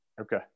Okay